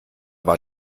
war